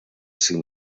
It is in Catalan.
cinc